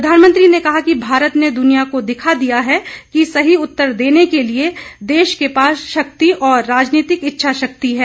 प्रधानमंत्री ने कहा कि भारत ने दुनिया को दिखा दिया है कि सही उत्तर देने के लिए देश के पास शक्ति और राजनीतिक इच्छाशक्ति है